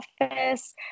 office